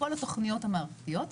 כל התוכניות המערכתיות.